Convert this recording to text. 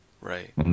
Right